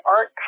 Art